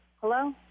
Hello